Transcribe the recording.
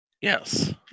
Yes